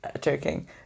joking